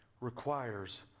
requires